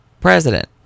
president